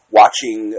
watching